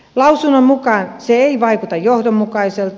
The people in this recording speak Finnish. lausunnon mukaan se ei vaikuta johdonmukaiselta